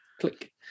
Click